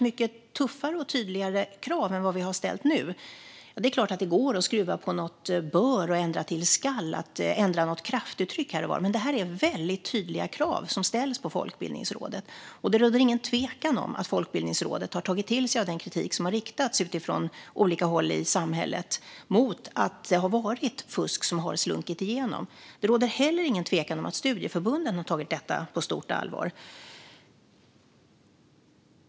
Det är klart att det går att skruva på något "bör" och ändra till "skall" och att ändra något kraftuttryck här och var, men det här är väldigt tydliga krav som ställs på Folkbildningsrådet, och det råder ingen tvekan om att Folkbildningsrådet har tagit till sig av den kritik som har riktats från olika håll i samhället mot att fusk har slunkit igenom. Det råder heller ingen tvekan om att studieförbunden har tagit detta på stort allvar.